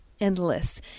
endless